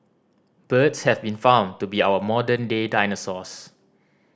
birds have been found to be our modern day dinosaurs